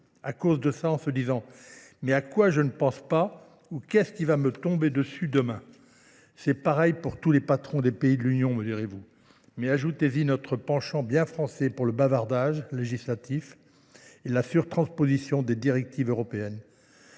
à cause de ça en se disant « mais à quoi je ne pense pas ou qu'est-ce qui va me tomber dessus demain ». C'est pareil pour tous les patrons des pays de l'Union, me direz-vous. Mais ajoutez-y notre penchant bien français pour le bavardage législatif et la sur-transposition des directives européennes.